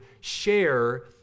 share